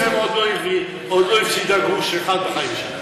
אסם עוד לא הפסידה גרוש אחד בחיים שלה,